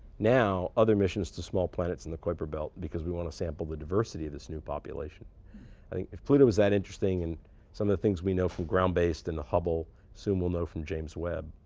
now, other missions to small planets in the kuiper belt because we want to sample the diversity of this new population. i think if pluto is that interesting and some of the things we know from ground-based and hubble, soon we'll know from james webb.